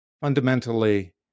Fundamentally